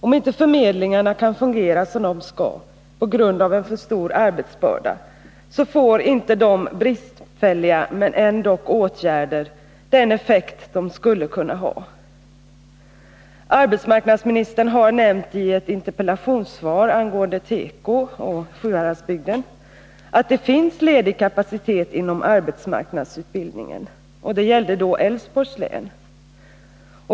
Om inte förmedlingarna kan fungera som de skall på grund av för stor arbetsbörda, får inte de låt vara bristfälliga åtgärderna den effekt som de skulle kunna få. Arbetsmarknadsministern nämnde i ett interpellationssvar angående teko och Sjuhäradsbygden att det finns ledig kapacitet inom arbetsmarknadsutbildningen. Det gällde då Älvsborgs län.